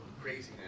craziness